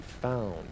found